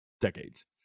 decades